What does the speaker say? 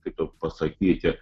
kaip tau pasakyti